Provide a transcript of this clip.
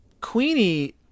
Queenie